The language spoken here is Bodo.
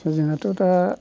जोंहाथ' दा